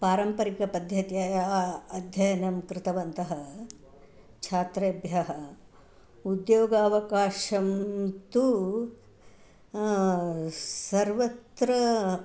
पारम्परिकपद्धत्याः अध्ययनं कृतवन्तः छात्रेभ्यः उद्योगावकाशं तु सर्वत्र